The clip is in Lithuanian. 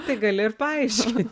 tai gali ir paaiški